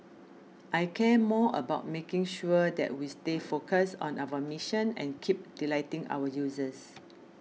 I care more about making sure that we stay focused on our mission and keep delighting our users